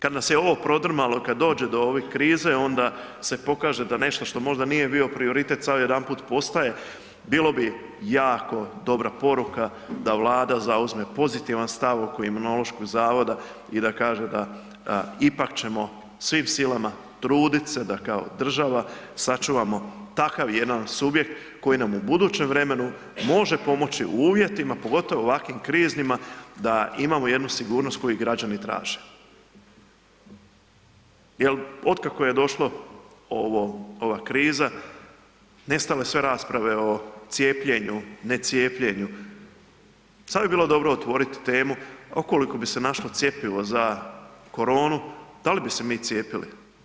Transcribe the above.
Kad nas je ovo prodrmalo i kad dođe do ovih krize onda se pokaže da nešto što možda nije bio prioritet sad odjedanput postaje, bilo bi jako dobra poruka da Vlada zauzme pozitivan stav oko Imunološkog zavoda i da kaže da ipak ćemo svim silama trudit se da kao država sačuvamo takav jedan subjekt koji nam u budućem vremenu može pomoći u uvjetima, pogotovo u ovakvim kriznima, da imao jednu sigurnost koju građani traže, jer otkako je došlo ovo, ova kriza, nestalo je sve rasprave o cijepljenju, ne cijepljenju, sad bi bilo dobro otvorit temu ukoliko bi se našlo cjepivo za koronu da li bi se mi cijepili?